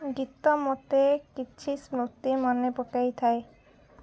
ଗୀତ ମୋତେ କିଛି ସ୍ମୃତି ମନେ ପକାଇଥାଏ